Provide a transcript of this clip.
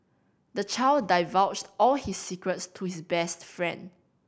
the child divulged all his secrets to his best friend